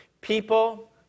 People